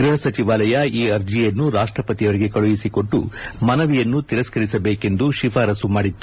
ಗ್ಬಹಸಚಿವಾಲಯ ಈ ಅರ್ಜಿಯನ್ನು ರಾಷ್ಟ ಪತಿಯವರಿಗೆ ಕಳಿಸಿಕೊಟ್ಟು ಮನವಿಯನ್ನು ತಿರಸ್ಕರಿಸಬೇಕೆಂದು ಶಿಫಾರಸು ಮಾಡಿತ್ತು